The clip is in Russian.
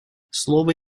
слово